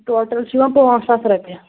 total چھُ یِوان پانٛژھ ساس رۄپیہِ